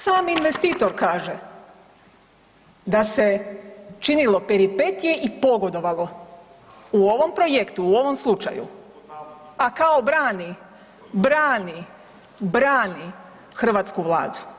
Sam investitor kaže da se činilo peripetije i pogodovalo u ovom projektu, u ovom slučaju, a kao brani, brani, brani hrvatsku Vladu.